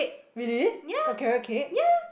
really got carrot cake